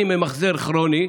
אני ממחזר כרוני.